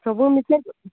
ସବୁ ମିଶେଇକି